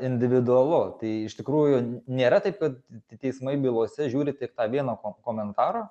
individualu tai iš tikrųjų nėra taip kad t teismai bylose žiūri tik vieno ko komentaro